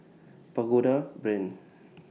Pagoda Brand